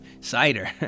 Cider